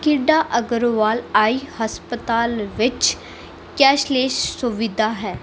ਕੀਡਾ Agarwal eye ਹਸਪਤਾਲ ਵਿੱਚ cashless ਸੁਵਿਧਾ ਹੈ